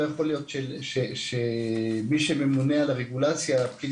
לא יכול שמי שממונה על הרגולציה פקיד